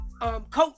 coach